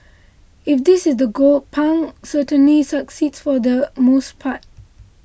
if this is the goal Pang certainly succeeds for the most part